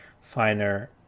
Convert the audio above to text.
finer